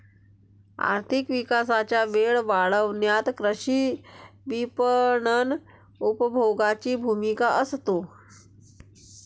आर्थिक विकासाचा वेग वाढवण्यात कृषी विपणन उपभोगाची भूमिका असते